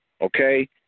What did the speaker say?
okay